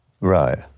Right